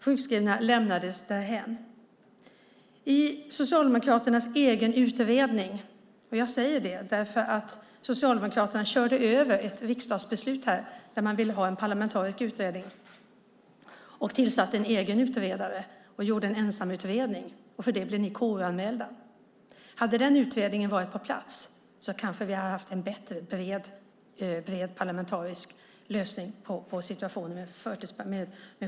Sjukskrivna lämnades därhän. Socialdemokraterna gjorde en egen utredning och körde därmed över ett riksdagsbeslut om en parlamentarisk utredning: Man tillsatte en egen utredare som gjorde en ensamutredning, och för det blev ni KU-anmälda. Hade den parlamentariska utredningen varit på plats hade vi kanske haft en bred parlamentarisk lösning på situationen med sjukförsäkringen.